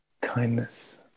kindness